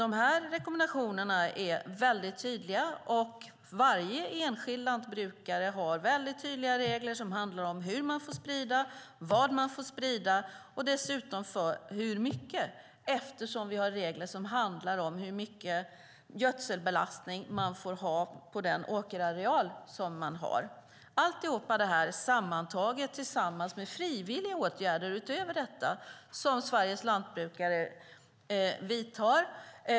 Rekommendationerna är väldigt tydliga. Varje enskild lantbrukare har väldigt tydliga regler som handlar om hur man får sprida, vad man får sprida och dessutom hur mycket. Vi har regler för hur mycket gödselbelastning man får ha på den åkerareal som man har. Alltihop detta görs tillsammans med frivilliga åtgärder utöver detta som Sveriges lantbrukare vidtar.